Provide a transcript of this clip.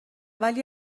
ولی